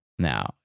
now